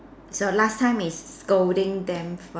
the last time is scolding them first